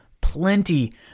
plenty